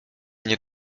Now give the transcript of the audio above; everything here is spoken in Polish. nie